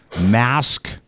mask